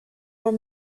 were